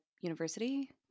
university